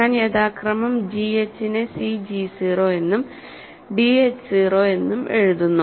ഞാൻ യഥാക്രമം gh നെ cg 0 എന്നും dh 0 എന്നും എഴുതുന്നു